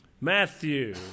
Matthew